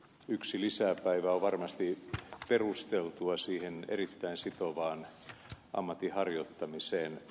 yksi lisäpäivä on varmasti perusteltua siihen erittäin sitovaan ammatinharjoittamiseen